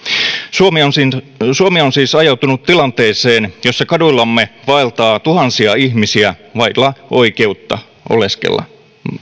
suomi on siis ajautunut tilanteeseen jossa kaduillamme vaeltaa tuhansia ihmisiä vailla oikeutta oleskella